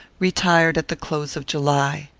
retired at the close of july.